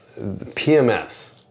PMS